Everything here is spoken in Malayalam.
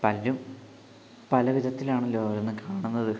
പലരും പല വിധത്തിൽ ആണല്ലോ ഓരോന്ന് കാണുന്നത്